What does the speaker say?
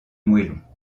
moellons